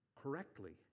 correctly